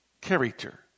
character